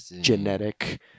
genetic